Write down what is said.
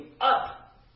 up